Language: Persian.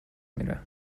میره